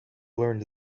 learned